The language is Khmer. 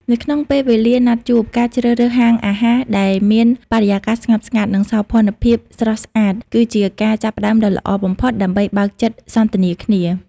នៅក្នុងពេលវេលាណាត់ជួប ការជ្រើសរើសហាងអាហារដែលមានបរិយាកាសស្ងប់ស្ងាត់ និងសោភ័ណភាពស្រស់ស្អាត គឺជាការចាប់ផ្ដើមដ៏ល្អបំផុតដើម្បីបើកចិត្តសន្ទនាគ្នា។